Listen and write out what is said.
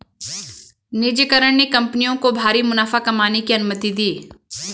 निजीकरण ने कंपनियों को भारी मुनाफा कमाने की अनुमति दी